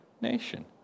nation